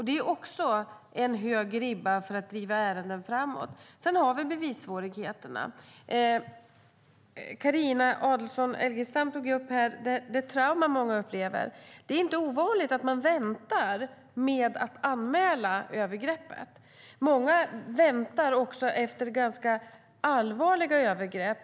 Det är en hög ribba för att driva ärenden framåt. Sedan har vi bevissvårigheterna. Carina Adolfsson Elgestam tog upp det trauma som många upplever. Det är inte ovanligt att man väntar med att anmäla övergreppet. Många väntar med att gå till läkare också efter ganska allvarliga övergrepp.